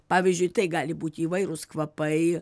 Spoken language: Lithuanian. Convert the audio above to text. pavyzdžiui tai gali būti įvairūs kvapai